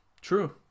True